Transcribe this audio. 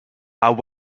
are